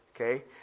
okay